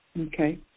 Okay